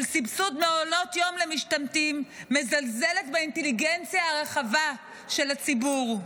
סבסוד מעונות יום למשתמטים מזלזלת באינטליגנציה הרחבה של הציבור.